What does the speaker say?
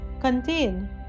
contain